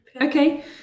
Okay